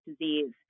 disease